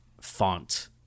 font